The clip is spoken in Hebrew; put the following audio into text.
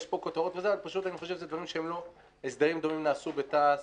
יש פה כותרות, אבל הסדרים דומים נעשו בתע"ש